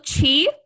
Chi